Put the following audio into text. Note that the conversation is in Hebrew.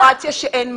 עוד מידע.